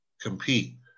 Compete